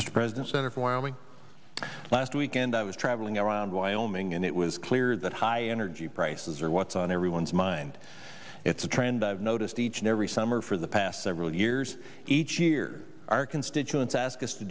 mr president center for me last weekend i was traveling around wyoming and it was clear that high energy prices are what's on everyone's mind it's a trend i've noticed each and every summer for the past several years each year our constituents ask us to